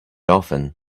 often